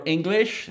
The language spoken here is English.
English